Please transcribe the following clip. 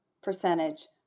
percentage